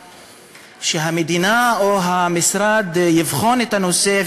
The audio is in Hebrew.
ושהמדינה או המשרד יבחנו את הנושא,